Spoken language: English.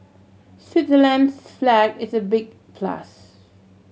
Switzerland's flag is a big plus